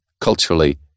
culturally